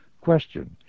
Question